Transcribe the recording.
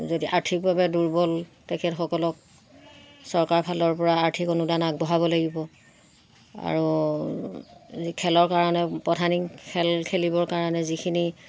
যদি আৰ্থিকভাৱে দুৰ্বল তেখেতসকলক চৰকাৰৰ পৰা আৰ্থিক অনুদান আগবঢ়াব লাগিব আৰু খেলৰ কাৰণে প্ৰধানী খেল খেলিবৰ কাৰণে যিখিনি